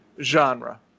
genre